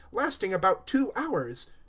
lasting about two hours.